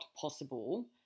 possible